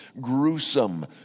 gruesome